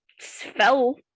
fell